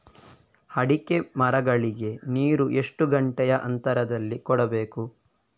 ಅಡಿಕೆ ಮರಗಳಿಗೆ ನೀರು ಎಷ್ಟು ಗಂಟೆಯ ಅಂತರದಲಿ ಕೊಡಬೇಕು?